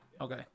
okay